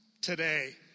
today